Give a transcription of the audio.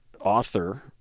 author